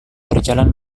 berjalan